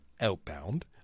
Outbound